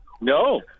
no